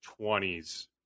20s